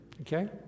Okay